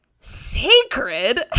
sacred